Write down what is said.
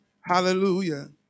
Hallelujah